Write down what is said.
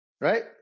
right